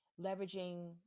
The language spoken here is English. leveraging